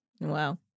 Wow